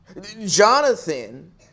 Jonathan